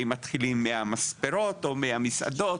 האם מתחילים מהמספרות או מהמסעדות,